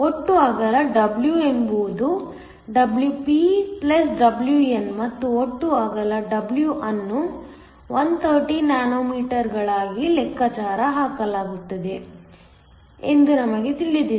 ಒಟ್ಟು ಅಗಲ W ಎಂಬುದು Wp Wn ಮತ್ತು ಒಟ್ಟು ಅಗಲ W ಅನ್ನು 130 ನ್ಯಾನೊಮೀಟರ್ಗಳಾಗಿ ಲೆಕ್ಕಹಾಕಲಾಗಿದೆ ಎಂದು ನಮಗೆ ತಿಳಿದಿದೆ